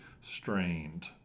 strained